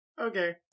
Okay